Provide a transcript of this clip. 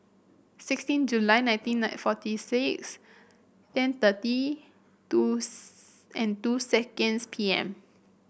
sixteen July nineteen nine forty six ten thirty two and two seconds P M